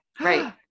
Right